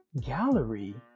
gallery